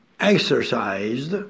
exercised